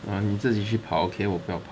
哦你自己去跑 okay 我不要跑